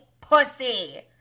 pussy